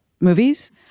movies